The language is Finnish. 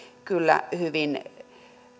hyvin